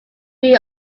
free